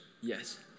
Yes